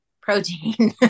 protein